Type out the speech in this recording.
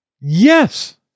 Yes